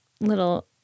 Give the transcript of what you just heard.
little